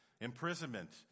imprisonment